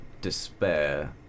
despair